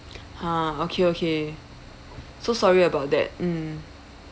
!huh! okay okay so sorry about that mm